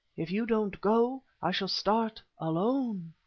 if you don't go, i shall start alone.